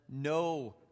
no